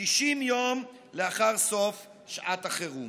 60 יום לאחר סוף שעת החירום.